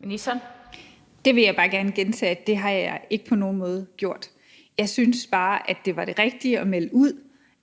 Mogensen): Det vil jeg bare gerne gentage at jeg ikke på nogen måde har gjort. Jeg synes bare, at det rigtige var at melde ud,